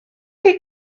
chi